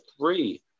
three